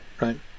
right